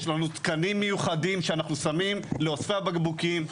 יש לנו תקנים מיוחדים שאנחנו שמים לאוספי הבקבוקים,